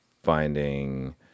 finding